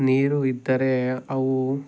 ನೀರು ಇದ್ದರೆ ಅವು